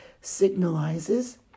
signalizes